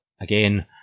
again